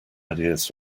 ideas